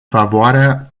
favoarea